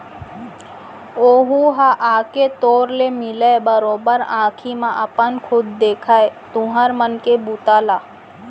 ओहूँ ह आके तोर ले मिलय, बरोबर आंखी म अपन खुद देखय तुँहर मन के बूता ल